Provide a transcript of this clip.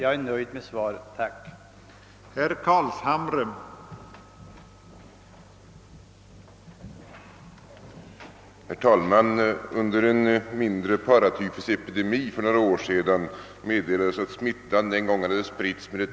Jag är nöjd med svaret och framför än en gång ett tack.